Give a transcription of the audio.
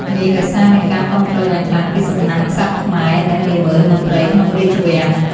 នេះដោយសារមានការគាំទ្រយ៉ាងខ្លាំងពីសំណាក់ក្សត្រខ្មែរ និងនាម៉ឺនមន្ត្រីក្នុងរាជវាំង។